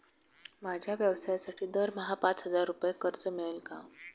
माझ्या व्यवसायासाठी दरमहा पाच हजार रुपये कर्ज मिळेल का?